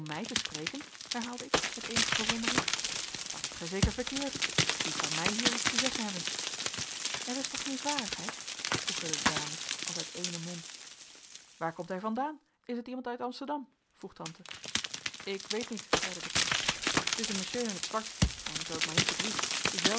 mij te spreken herhaalde ik met eenige verwondering dat hebt gij zeker verkeerd wie kan mij hier iets te zeggen hebben er is toch geen zwarigheid vroegen de dames als uit éénen mond waar komt hij vandaan is het iemand uit amsterdam vroeg tante ik weet niet zeide de knecht t is een monsieur in t zwart en zoo ik mij niet bedrieg dezelfde